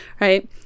Right